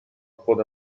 خود